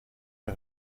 der